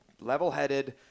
Level-headed